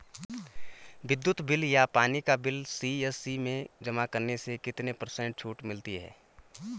विद्युत बिल या पानी का बिल सी.एस.सी में जमा करने से कितने पर्सेंट छूट मिलती है?